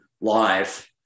live